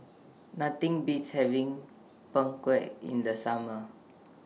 Nothing Beats having Png Kueh in The Summer